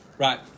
Right